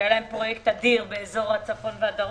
שהיה להם פרויקט אדיר באזור הצפון והדרום,